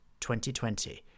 2020